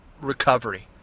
recovery